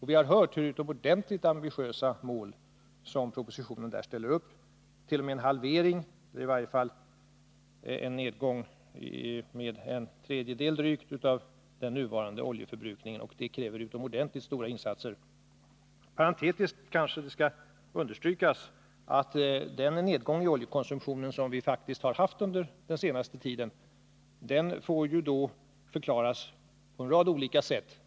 Vi har hört hur utomordentligt ambitiösa mål som propositionen där ställer upp. En halvering eller i varje fall en nedgång med drygt en tredjedel av den nuvarande oljeförbrukningen kräver utomordentligt stora insatser. Parentetiskt kanske det skall understrykas att den nedgång i oljekonsumtionen som vi faktiskt har haft under den senaste tiden kan förklaras på en rad olika sätt.